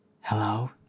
Hello